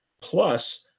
plus